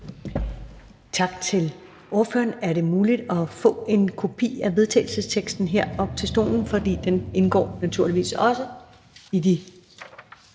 Tak til ordføreren. Er det muligt at få en kopi af vedtagelsesteksten her op til stolen? For den indgår naturligvis også i de